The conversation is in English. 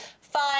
fine